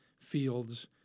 fields